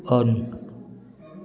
on